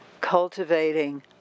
cultivating